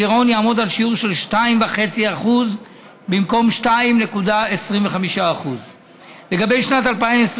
הגירעון יעמוד על שיעור של 2.5% במקום 2.25%. לגבי שנת 2021